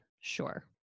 Sure